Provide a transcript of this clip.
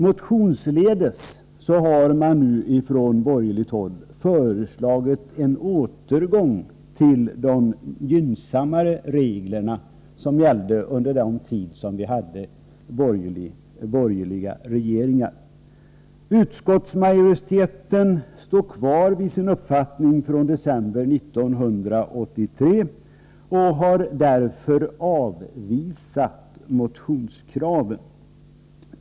Motionsledes har man nu från borgerligt håll föreslagit en återgång till de gynnsammare regler som gällde under den tid vi hade borgerliga regeringar. Utskottsmajoriteten står kvar vid sin uppfattning från december 1983 och har därför avvisat motionskraven.